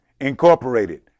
Incorporated